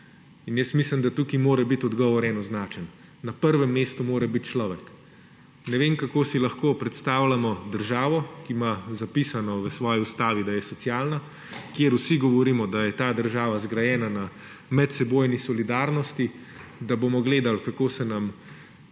Jaz mislim, da tukaj mora biti odgovor enoznačen, na prvem mestu mora biti človek. Ne vem, kako si lahko predstavljamo državo, ki ima zapisano v svoji Ustavi, da je socialna, kjer vsi govorimo, da je ta država zgrajena na medsebojni solidarnosti, da bomo gledali, kako se nam čakalne